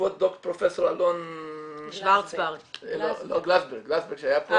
בעקבות פרופ' אלון גלזברג שהיה פה,